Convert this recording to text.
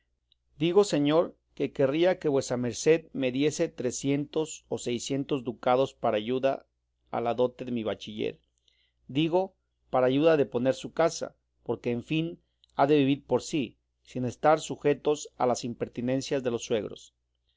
digo señor que querría que vuesa merced me diese trecientos o seiscientos ducados para ayuda a la dote de mi bachiller digo para ayuda de poner su casa porque en fin han de vivir por sí sin estar sujetos a las impertinencias de los suegros